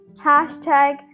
hashtag